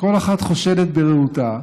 וכל אחת חושדת ברעותה,